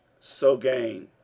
sogain